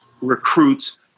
recruits